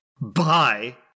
Bye